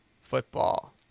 football